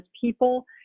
people